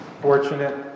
fortunate